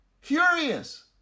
Furious